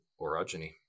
orogeny